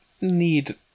need